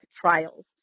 trials